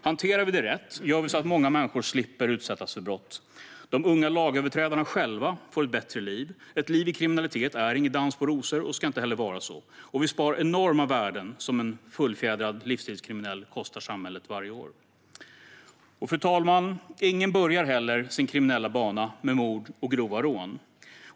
Hanterar vi detta rätt gör vi så att många människor slipper att utsättas för brott, att de unga lagöverträdena själva får ett bättre liv - ett liv i kriminalitet är ingen dans på rosor och ska inte heller vara så - och vi sparar enorma värden som en fullfjädrad livsstilskriminell kostar samhället varje år. Fru talman! Ingen börjar heller sin kriminella bana med mord och grova rån.